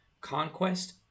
conquest